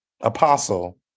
Apostle